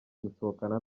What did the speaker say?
gusohokana